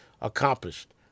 accomplished